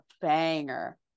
banger